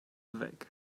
weg